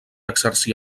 exercí